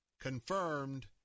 confirmed